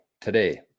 today